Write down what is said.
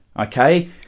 Okay